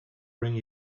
bring